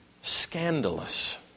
scandalous